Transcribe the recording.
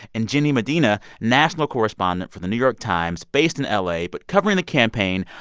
and jenny medina, national correspondent for the new york times based in la but covering the campaign.